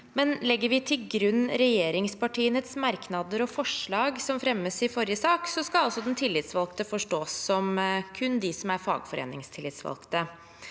Legger vi til grunn regjeringspartienes merknader og forslag som ble fremmet i forrige sak, skal «tillitsvalgte» kun forstås som de som er fagforeningstillitsvalgte.